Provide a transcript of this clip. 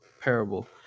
parable